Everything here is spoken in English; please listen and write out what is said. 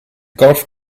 golf